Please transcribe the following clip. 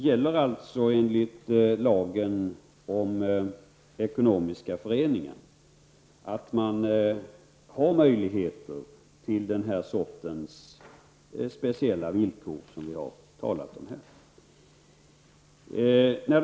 Herr talman! Enligt lagen om enskilda föreningar finns alltså möjlighet till den sorts speciella villkor som vi har talat om här.